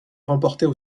remportées